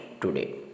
today